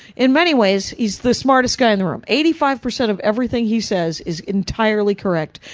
in many ways, he's the smartest guy in the room. eighty five percent of everything he says, is entirely correct,